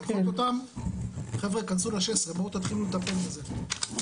להנחות אותם חבר'ה כנסו ל -- בואו תתחילו לטפל בזה.